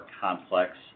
complex